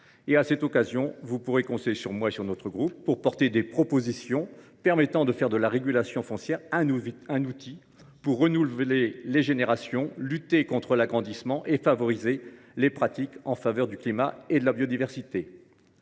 À cette occasion, vous pourrez compter sur moi et sur le groupe GEST pour défendre des propositions permettant de faire de la régulation foncière un outil pour renouveler les générations, lutter contre l’agrandissement et favoriser les pratiques en faveur du climat et de la biodiversité.